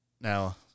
Now